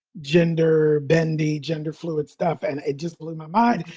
gender bending, gender fluid stuff. and it just blew my mind.